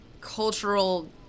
cultural